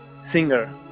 singer